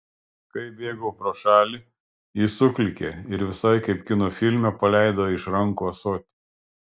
kai bėgau pro šalį ji suklykė ir visai kaip kino filme paleido iš rankų ąsotį